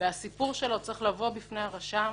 הסיפור שלו צריך לבוא בפני הרשם.